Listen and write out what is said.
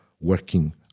working